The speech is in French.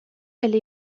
elle